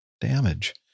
damage